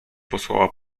posłała